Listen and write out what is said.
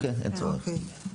אין צורך.